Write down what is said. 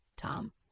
Tom